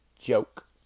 joke